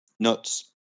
Nuts